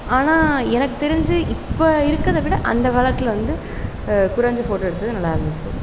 ஆனால் எனக்கு தெரிஞ்சு இப்போ இருக்கிறத விட அந்த காலத்தில் வந்து குறைஞ்ச ஃபோட்டோ எடுத்தது நல்லாருந்துச்சு